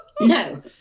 no